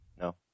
No